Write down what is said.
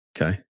Okay